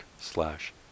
slash